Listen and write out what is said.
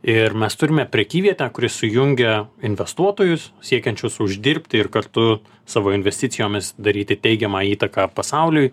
ir mes turime prekyvietę kuri sujungia investuotojus siekiančius uždirbti ir kartu savo investicijomis daryti teigiamą įtaką pasauliui